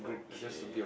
okay